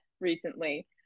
recently